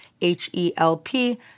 H-E-L-P